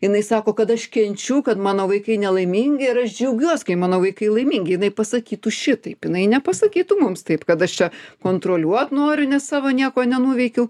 jinai sako kad aš kenčiu kad mano vaikai nelaimingi ir aš džiaugiuos kai mano vaikai laimingi jinai pasakytų šitaip jinai nepasakytų mums taip kad aš čia kontroliuot noriu nes savo nieko nenuveikiau